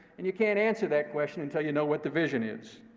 and you can't answer that question until you know what the vision is.